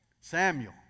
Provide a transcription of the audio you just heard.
Samuel